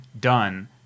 done